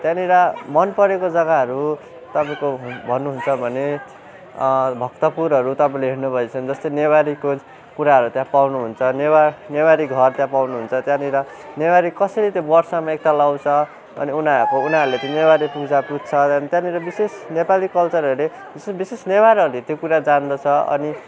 त्यहाँनिर मन परेको जग्गाहरू तपाईँको भन्नुहुन्छ भने भक्तपुरहरू तपाईँले हेर्नु भएछ भने जस्तै नेवारीको कुराहरू त्यहाँ पाउनुहुन्छ नेवार नेवारी घर त्यहाँ पाउनुहुन्छ त्यहाँनिर नेवारी कसरी त्यहाँ बर्षमा एकताल आउँछ अनि उनीहरूको उनीहरूले नेवारी पूजा पुज्छ त्यहाँनिर विशेष नेपाली कल्चरहरूले विशेष विशेष नेवारहरूले त्यो कुरा जान्दछ अनि